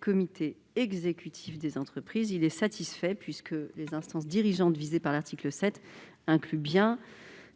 comités exécutifs des entreprises. Il est satisfait : les « instances dirigeantes » visées à l'article 7 incluent bien